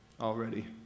already